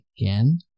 again